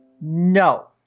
no